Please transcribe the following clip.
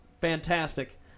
Fantastic